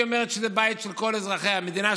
שאומרת שזה בית של כל אזרחי המדינה,